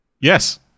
Yes